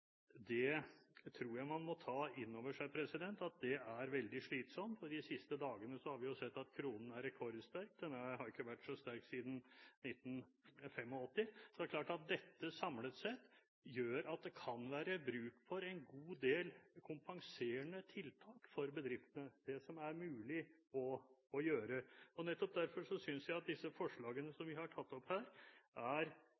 Det tror jeg man må ta inn over seg at er veldig slitsomt. De siste dagene har vi sett at kronen er rekordsterk og har ikke vært så sterk siden 1985. Det er klart at dette samlet sett gjør at det kan være bruk for en god del av det som er mulig å gjøre av kompenserende tiltak for bedriftene. Nettopp derfor synes jeg at disse forslagene